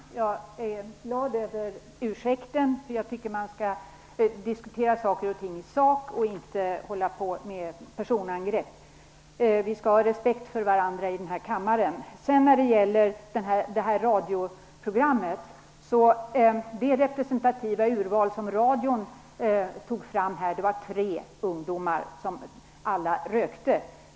Herr talman! Jag är glad över ursäkten. Jag tycker att man skall diskutera i sak och inte hålla på med personangrepp. Vi skall ha respekt för varandra i denna kammare. När det gäller radioprogrammet kan jag säga att det representativa urval som radion tog fram var tre ungdomar som alla rökte.